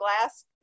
glass